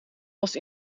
was